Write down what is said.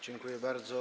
Dziękuję bardzo.